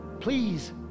Please